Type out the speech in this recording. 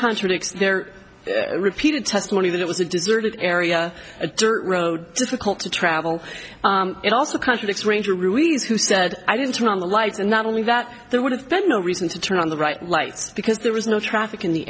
contradicts their repeated testimony that it was a deserted area a dirt road difficult to travel it also contradicts ranger ruiz who said i didn't turn on the lights and not only that there would have been no reason to turn on the right lights because there was no traffic in the